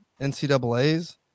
NCAA's